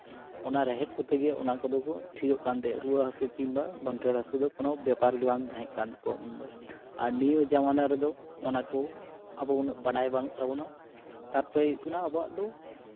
ᱚᱱᱟ ᱨᱮᱦᱮᱫ ᱠᱚᱛᱮᱜᱮ ᱚᱱᱟ ᱠᱚᱫᱚ ᱠᱚ ᱴᱷᱤᱠᱚᱜ ᱠᱟᱱ ᱛᱟᱦᱮᱸᱜ ᱨᱩᱣᱟᱹ ᱦᱟᱹᱥᱩ ᱠᱤᱢᱵᱟ ᱜᱚᱱᱴᱷᱮᱲ ᱦᱟᱹᱥᱩ ᱫᱚ ᱠᱳᱱᱳ ᱵᱮᱯᱟᱨ ᱜᱮ ᱵᱟᱝ ᱛᱟᱦᱮᱸᱜ ᱠᱟᱱ ᱛᱟᱠᱚᱣᱟ ᱩᱱ ᱫᱚ ᱟᱨ ᱱᱤᱭᱟᱹ ᱡᱟᱢᱟᱱᱟ ᱨᱮᱫᱚ ᱟᱵᱚ ᱩᱱᱟᱹᱜ ᱵᱟᱲᱟᱭ ᱵᱟᱹᱱᱩᱜ ᱛᱟᱵᱚᱱᱟ ᱛᱟᱨᱯᱚᱨᱮ ᱟᱵᱚᱣᱟᱜ ᱫᱚ